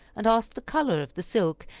and asked the color of the silk,